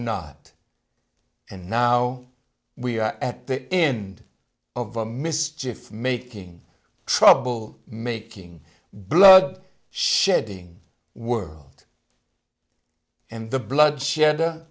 not and now we are at the end of a mischief making trouble making blood shedding world and the blood shed